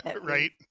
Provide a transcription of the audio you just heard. Right